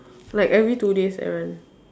like every two days I run